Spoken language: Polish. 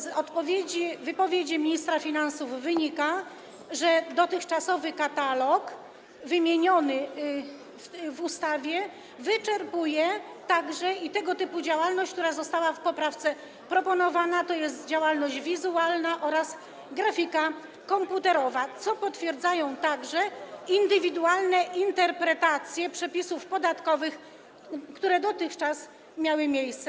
Z wypowiedzi ministra finansów wynika, że dotychczasowy katalog zawarty w ustawie obejmuje także tego typu działalność, która została w poprawce zaproponowana, tj. działalność wizualną oraz grafikę komputerową, co potwierdzają także indywidualne interpretacje przepisów podatkowych, które dotychczas miały miejsce.